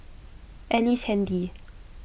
Ellice Handy